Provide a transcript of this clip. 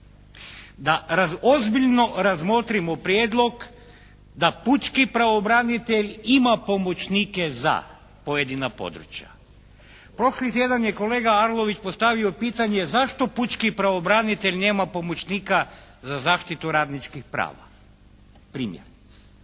Da ozbiljno razmotrimo prijedlog, da pučki pravobranitelj ima pomoćnike za pojedina područja. Prošli tjedan je kolega Arlović postavio pitanje zašto pučki pravobranitelj nema pomoćnika za zaštitu radničkih prava? Primjer,